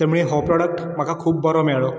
त्यामुळे हो प्रोडक्ट म्हाका खूब बरो मेळ्ळो